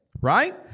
Right